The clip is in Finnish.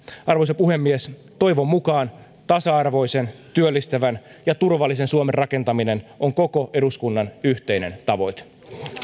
arvoisa puhemies toivon mukaan tasa arvoisen työllistävän ja turvallisen suomen rakentaminen on koko eduskunnan yhteinen tavoite